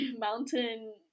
mountain